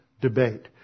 debate